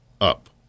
up